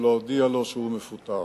ולהודיע לו שהוא מפוטר.